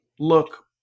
look